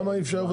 למה אי אפשר?